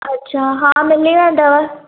अच्छा हा मिली वेंदव